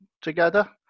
together